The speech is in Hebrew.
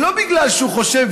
ולא בגלל שהוא חושב,